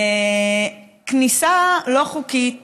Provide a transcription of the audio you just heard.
כניסה לא חוקית